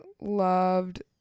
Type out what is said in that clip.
loved